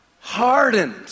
hardened